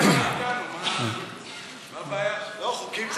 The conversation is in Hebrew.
לא, חוקים צרפתיים,